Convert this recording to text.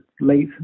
late